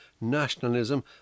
nationalism